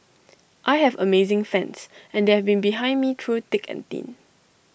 I have amazing fans and they've been behind me through thick and thin